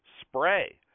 spray